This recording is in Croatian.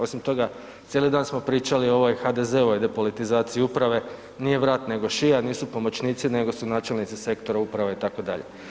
Osim toga, cijeli dan smo pričali o ovoj HDZ-ovoj depolitizaciji uprave, nije vrat nego šija, nisu pomoćnici nego su načelnici sektora, uprave, itd.